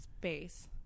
Space